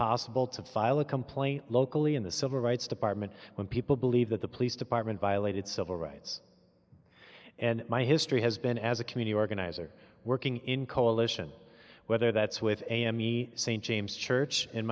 possible to file a complaint locally in the civil rights department when people believe that the police department violated civil rights and my history has been as a community organizer working in coalition whether that's with a m e st james church in